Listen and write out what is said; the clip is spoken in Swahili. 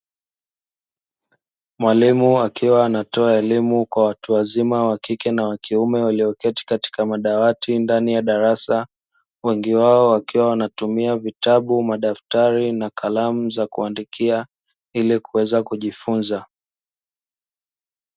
Mwalimu akiwa anatoa elimu kwa watu wazima; wa kike na wa kiume walioketi katika madawati ndani ya darasa, wengi wao wakiwa wanatumia vitabu, madaftari na kalamu za kuandikia, ili kuweza kujifunza.